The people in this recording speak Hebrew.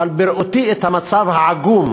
ובראותי את המצב העגום